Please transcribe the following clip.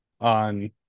on